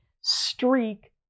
streak